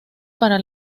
para